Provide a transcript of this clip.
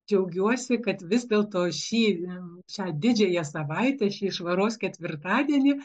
džiaugiuosi kad vis dėlto šį šią didžiąją savaitę šį švaros ketvirtadienį